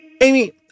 Amy